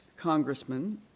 Congressman